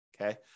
Okay